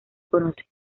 conoce